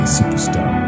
Superstar